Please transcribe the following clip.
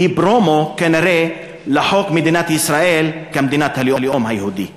והיא פרומו כנראה לחוק מדינת ישראל כמדינת הלאום היהודי.